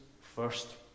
first